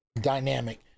dynamic